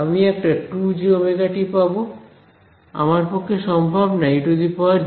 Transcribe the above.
আমি একটা 2jωt পাব আমার পক্ষে সম্ভব নয় ejωt পাওয়া